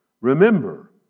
Remember